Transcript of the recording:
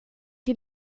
die